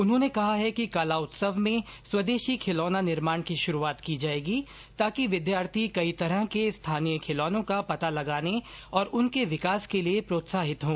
उन्होंने कहा है कि कला उत्सव में स्वदेशी खिलौना निर्माण की शुरूआत की जाएगी ताकि विद्यार्थी कई तरह के स्थानीय खिलौनों का पता लगाने और उनके विकास के लिए प्रोत्साहित हों